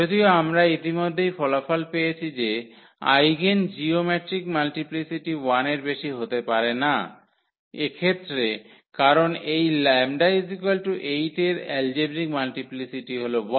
যদিও আমরা ইতিমধ্যেই ফলাফল পেয়েছি যে আইগেন জিওমেট্রিক মাল্টিপ্লিসিটি 1 এর বেশি হতে পারে না এক্ষেত্রে কারণ এই 𝜆 8 এর এলজেব্রিক মাল্টিপ্লিসিটি হল 1